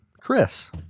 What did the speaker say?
Chris